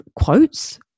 quotes